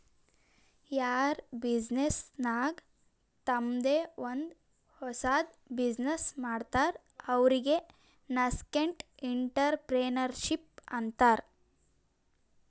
ಯಾರ್ ಬಿಸಿನ್ನೆಸ್ ನಾಗ್ ತಂಮ್ದೆ ಒಂದ್ ಹೊಸದ್ ಬಿಸಿನ್ನೆಸ್ ಮಾಡ್ತಾರ್ ಅವ್ರಿಗೆ ನಸ್ಕೆಂಟ್ಇಂಟರಪ್ರೆನರ್ಶಿಪ್ ಅಂತಾರ್